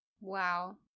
Wow